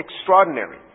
extraordinary